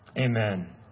Amen